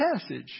passage